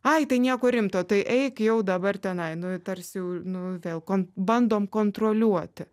ai tai nieko rimto tai eik jau dabar tenai nu tarsi jau nu vėl kon bandom kontroliuoti